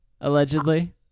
Allegedly